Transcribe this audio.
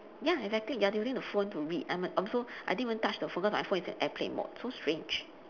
ya exactly you are using the phone to read I'm a also I didn't even touch the phone cause my phone is in airplane mode so strange